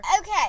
Okay